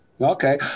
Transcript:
Okay